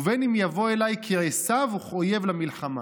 ובין שיבוא אליי כעשיו וכאויב למלחמה.